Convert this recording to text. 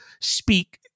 speak